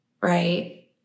right